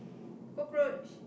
cockroach